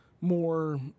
more